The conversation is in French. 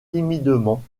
timidement